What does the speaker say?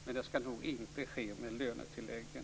Men det skall nog inte ske med lönetilläggen.